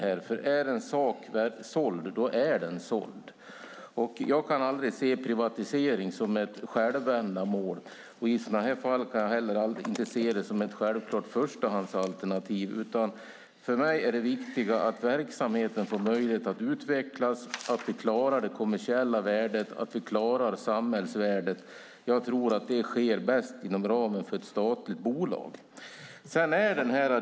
När en sak väl är såld är den såld. Jag kan aldrig se privatisering som ett självändamål, och i sådana här fall kan jag heller inte se det som ett självklart förstahandsalternativ. För mig är det viktiga att verksamheten får möjlighet att utvecklas och att vi klarar det kommersiella värdet och samhällsvärdet. Jag tror att det sker bäst inom ramen för ett statligt bolag.